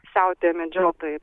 siautėjo medžiotojai